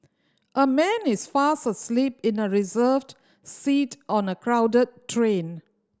a man is fast asleep in a reserved seat on a crowded train